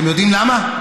אתם יודעים למה?